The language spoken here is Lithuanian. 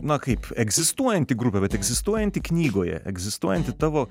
na kaip egzistuojanti grupė bet egzistuojanti knygoje egzistuojanti tavo